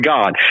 God